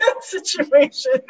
situation